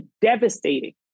devastating